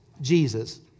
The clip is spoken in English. Jesus